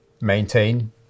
maintain